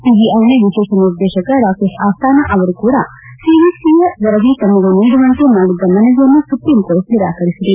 ಸಿಬಿಐನ ವಿಶೇಷ ನಿರ್ದೇಶಕ ರಾಕೇಶ್ ಅಸ್ತಾನಾ ಅವರು ಕೂಡ ಸಿವಿಸಿಯ ವರದಿ ತಮಗೂ ನೀಡುವಂತೆ ಮಾಡಿದ್ದ ಮನವಿಯನ್ನು ಸುಪ್ರೀಂಕೋರ್ಟ್ ನಿರಾಕರಿಸಿದೆ